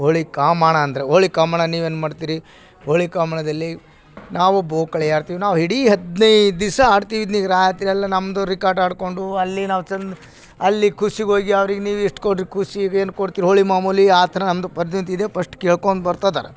ಹೋಳಿ ಕಾಮಣ್ಣ ಅಂದರೆ ಹೋಳಿ ಕಾಮಣ್ಣ ನೀವು ಏನು ಮಾಡ್ತೀರಿ ಹೋಳಿ ಕಾಮಣ್ಣದಲ್ಲಿ ನಾವೊಬ್ಬ ಓಕಳಿ ಆಡ್ತೀವಿ ನಾವು ಇಡೀ ಹದಿನೈದು ದಿವ್ಸ ಆಡ್ತೀವಿ ಇದನ್ನ ರಾತ್ರಿಯೆಲ್ಲ ನಮ್ದು ರಿಕಾರ್ಡ್ ಆಡ್ಕೊಂಡು ಅಲ್ಲಿ ನಾವು ಚನ್ ಅಲ್ಲಿ ಖುಷಿಗ್ ಹೋಗಿ ಅವ್ರಿಗೆ ನೀವು ಎಷ್ಟು ಕೊಡ್ರಿ ಖುಷಿಗ್ ಏನು ಕೊಡ್ತಿರೋ ಹೋಳಿ ಮಾಮೂಲಿ ಆ ಥರ ನಮ್ದು ಪದ್ಧತಿಯಿದೆ ಪಸ್ಟ್ ಕೇಳ್ಕೊಂಡು ಬರ್ತಿದಾರೆ